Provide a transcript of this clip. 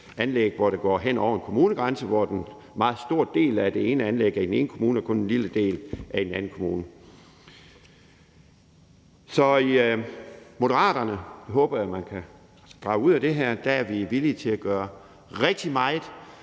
anlæg, som går hen over en kommunegrænse, og hvor en meget stor del anlægget – den ene del – er i den ene kommune og kun en lille del er i en anden kommune. Så i Moderaterne – det håber jeg man kan drage ud af det her – er vi villige til at gøre rigtig meget,